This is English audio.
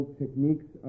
techniques